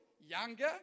younger